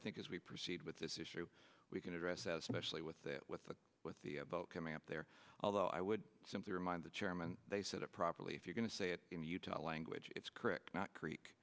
think as we proceed with this issue we can address as specially with the with the with the vote coming up there although i would simply remind the chairman they said it properly if you're going to say it in the utah language it's correct not creek